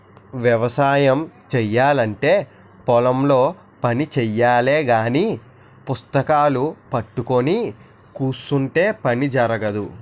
వ్యవసాయము చేయాలంటే పొలం లో పని చెయ్యాలగాని పుస్తకాలూ పట్టుకొని కుసుంటే పని జరగదు